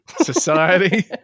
society